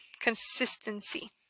consistency